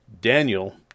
Daniel